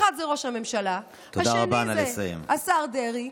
אחד זה ראש הממשלה, השני זה השר דרעי.